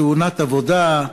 תאונת עבודה,